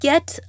Get